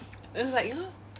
it's like you know